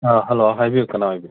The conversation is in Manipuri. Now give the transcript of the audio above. ꯍꯜꯂꯣ ꯍꯥꯏꯕꯤꯌꯨ ꯀꯅꯥ ꯑꯣꯏꯕꯤꯔꯒꯦ